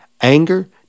anger